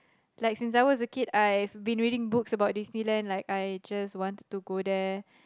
Like since I was a kid I've been reading books about Disneyland like I just wanted to go there